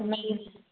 ꯃꯩ